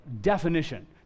definition